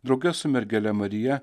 drauge su mergele marija